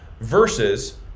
versus